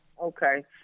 okay